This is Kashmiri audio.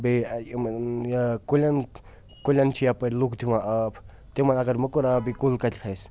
بیٚیہِ یِمَن کُلٮ۪ن کُلٮ۪ن چھِ یَپٲرۍ لُکھ دِوان آب تِمَن اگر موٚکُر آب یی کُل کَتہِ کھسہِ